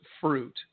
fruit